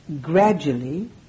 gradually